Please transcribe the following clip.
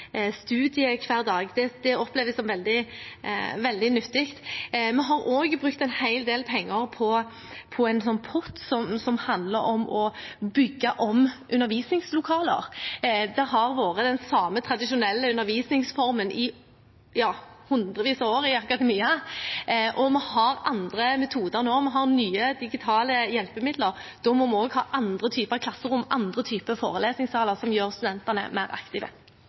Det oppleves som veldig nyttig. Vi har også brukt en hel del penger på en pott som handler om å bygge om undervisningslokaler. Det har vært den samme tradisjonelle undervisningsformen i hundrevis av år i akademia. Vi har andre metoder nå, vi har nye, digitale hjelpemidler. Da må vi også ha andre typer klasserom, andre typer forelesningssaler som gjør studentene mer aktive.